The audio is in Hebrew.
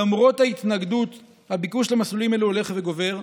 למרות ההתנגדות, הביקוש למסלולים האלה הולך וגובר.